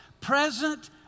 present